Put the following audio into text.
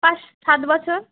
পাঁচ সাত বছর